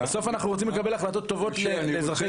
בסוף אנחנו רוצים לקבל החלטות טובות למדינת ישראל.